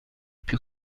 più